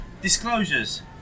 disclosures